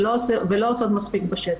ולא עושים מספיק בשטח.